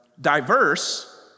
diverse